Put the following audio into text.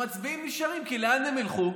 המצביעים נשארים, כי לאן הם ילכו?